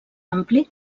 ampli